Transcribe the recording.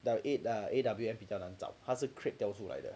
the A_W~ A_W_M 比较难找他是 creed 掉出来的